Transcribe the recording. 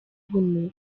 buno